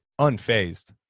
unfazed